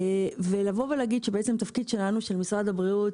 של משרד הבריאות,